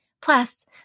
Plus